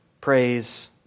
praise